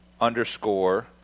underscore